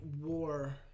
war